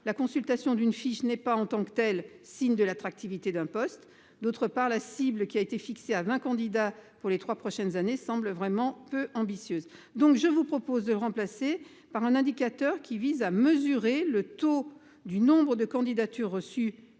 la consultation d’une fiche n’est pas en tant que telle signe de l’attractivité d’un poste. D’autre part, la cible, fixée à vingt candidats pour les trois prochaines années, semble peu ambitieuse. Je vous propose de le remplacer par un indicateur visant à mesurer le taux du nombre de candidatures reçues